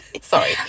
sorry